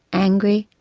angry.